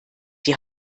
die